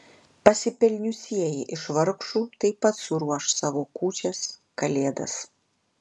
pasipelniusieji iš vargšų taip pat suruoš savo kūčias kalėdas